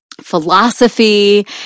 philosophy